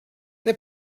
they